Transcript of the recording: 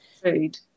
food